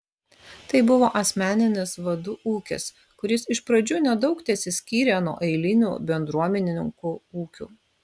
tai buvo asmeninis vadų ūkis kuris iš pradžių nedaug tesiskyrė nuo eilinių bendruomenininkų ūkių